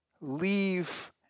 leave